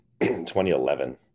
2011